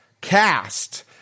cast